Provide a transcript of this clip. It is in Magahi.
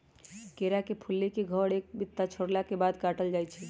केरा के फुल्ली के घौर से एक बित्ता छोरला के बाद काटल जाइ छै